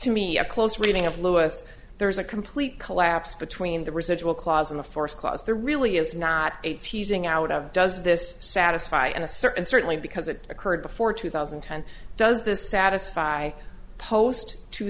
to me a close reading of lewis there's a complete collapse between the residual clause in the forest clause there really is not a teasing out of does this satisfy in a certain certainly because it occurred before two thousand and ten does this satisfy post two